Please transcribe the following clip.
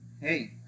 Hey